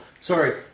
sorry